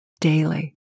daily